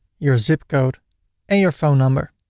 your zip code and your phone number.